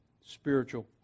spiritual